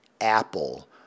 Apple